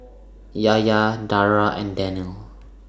Yahya Dara and Daniel